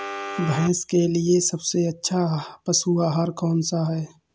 भैंस के लिए सबसे अच्छा पशु आहार कौन सा है?